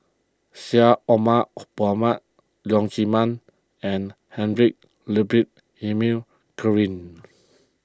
Syed Omar Mohamed Leong Chee Mun and Heinrich Ludwig Emil